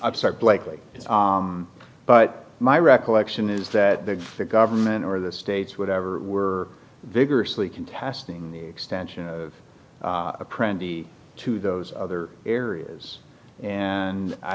start blakeley but my recollection is that the government or the states whatever were vigorously contesting the extension of a pretty to those other areas and i